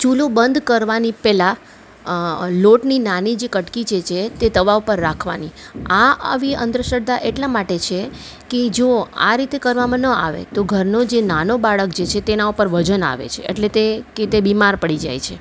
ચૂલો બંધ કરવાની પહેલાં લોટની નાની જે કટકી જે છે તે તવા ઉપર રાખવાની આ આવી અંધશ્રદ્ધા એટલા માટે છે કે જુઓ આ રીતે કરવામાં ન આવે તો ઘરનો જે નાનો બાળક જે છે તેના ઉપર વજન આવે છે એટલે તે કે તે બીમાર પડી જાય છે